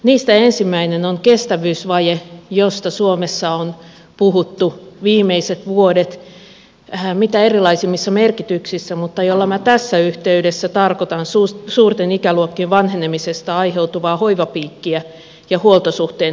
niistä ensimmäinen on kestävyysvaje josta suomessa on puhuttu viimeiset vuodet mitä erilaisimmissa merkityksissä mutta jolla minä tässä yhteydessä tarkoitan suurten ikäluokkien vanhenemisesta aiheutuvaa hoivapiikkiä ja huoltosuhteen heikkenemistä